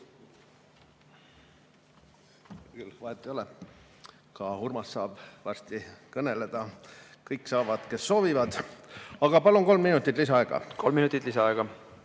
lisaaega. Vahet ei ole, ka Urmas saab varsti kõneleda. Kõik saavad, kes soovivad. Aga palun kolm minutit lisaaega. Kolm minutit lisaaega.